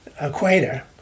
equator